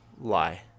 lie